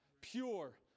pure